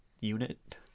unit